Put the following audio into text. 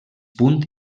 punt